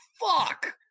fuck